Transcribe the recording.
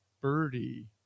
birdie